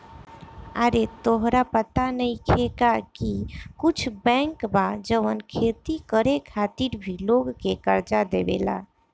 आरे तोहरा पाता नइखे का की कुछ बैंक बा जवन खेती करे खातिर भी लोग के कर्जा देवेला